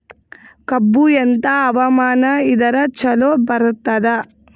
ಕಬ್ಬು ಎಂಥಾ ಹವಾಮಾನ ಇದರ ಚಲೋ ಬರತ್ತಾದ?